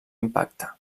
impacte